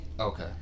Okay